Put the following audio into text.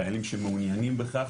חיילים שמעוניינים בכך,